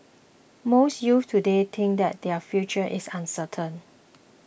most youths today think that their future is uncertain